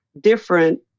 different